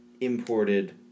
imported